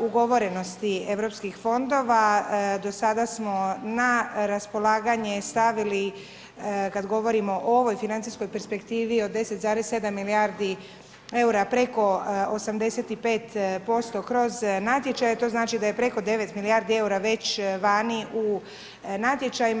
ugovorenost europskih fondova, do sada smo na raspolaganje stavili kad govorimo o ovoj financijskoj perspektivi od 10,7 milijardi EUR-a preko 85% kroz natječaje to znači da je preko 9 milijardi eura, već vani u natječajima.